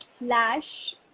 lash